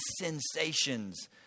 sensations